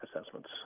assessments